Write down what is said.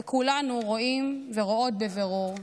וכולנו רואים ורואות בבירור.